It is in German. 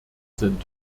sind